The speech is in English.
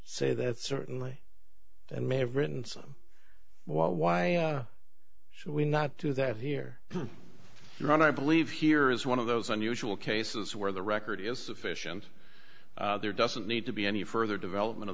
say that certainly i may have written some well why should we not do that here ron i believe here is one of those unusual cases where the record is sufficient there doesn't need to be any further development of